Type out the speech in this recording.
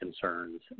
concerns